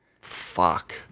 fuck